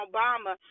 Obama